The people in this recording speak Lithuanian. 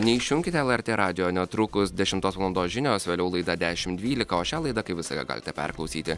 neišjunkite lrt radijo netrukus dešimtos valandos žinios vėliau laida dešim dvylika o šią laidą kaip visada galite perklausyti